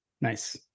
Nice